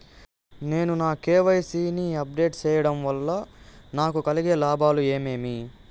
నేను నా కె.వై.సి ని అప్ డేట్ సేయడం వల్ల నాకు కలిగే లాభాలు ఏమేమీ?